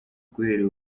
guhera